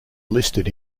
listed